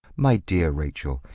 my dear rachel,